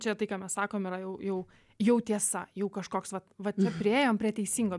čia tai ką mes sakom yra jau jau jau tiesa jau kažkoks vat vat čia priėjom prie teisingo